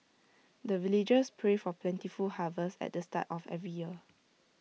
the villagers pray for plentiful harvest at the start of every year